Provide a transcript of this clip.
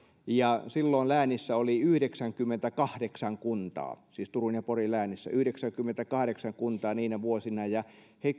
silloin läänissä oli yhdeksänkymmentäkahdeksan kuntaa siis turun ja porin läänissä yhdeksänkymmentäkahdeksan kuntaa niinä vuosina ja